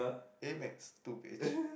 a-maths two page